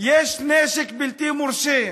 יש נשק בלתי מורשה.